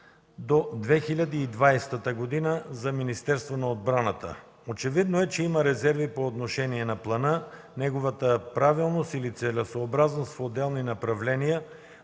до 2020 г. за Министерството на отбраната. Очевидно е, че има резерви по отношение на плана, неговата правилност или целесъобразност в отделни направления,